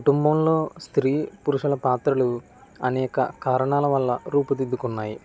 కుటుంబంలో స్త్రీ పురుషుల పాత్రలు అనేక కారణాల వల్ల రూపుదిద్దుకున్నాయి